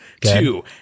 two